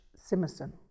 Simerson